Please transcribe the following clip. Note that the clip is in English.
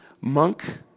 monk